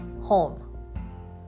home